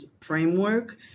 framework